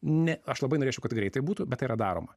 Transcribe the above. ne aš labai norėčiau kad greitai būtų bet tai yra daroma